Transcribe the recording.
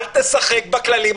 עובדים כולל גם